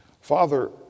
Father